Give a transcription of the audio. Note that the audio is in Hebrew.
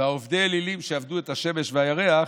ועובדי האלילים שעבדו את השמש והירח